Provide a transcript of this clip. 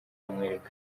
bamwereka